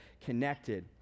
connected